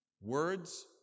words